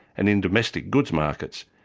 and in domestic goods markets,